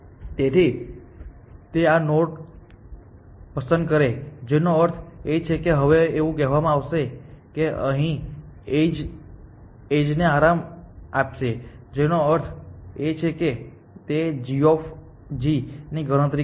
તેથી તે આ નોડ પસંદ કરશે જેનો અર્થ એ છે કે કે હવે એવું કહેવામાં આવશે કે અહીંની એજને આરામ આપશે જેનો અર્થ એ છે કે તે g ની ગણતરી કરશે